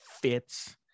fits